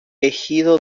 ejido